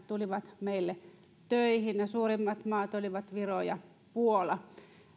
tulivat meille töihin toisesta eu maasta ja suurimmat maat olivat viro ja puola